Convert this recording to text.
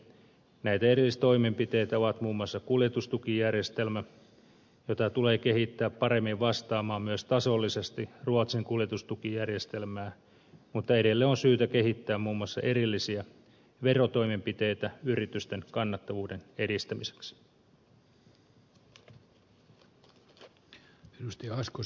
näitä erillistoimenpiteitä ovat muun muassa kuljetustukijärjestelmä jota tulee kehittää paremmin myös tasoltaan vastaamaan ruotsin kuljetustukijärjestelmää mutta edelleen on syytä kehittää muun muassa erillisiä verotoimenpiteitä yritysten kannattavuuden edistämiseksi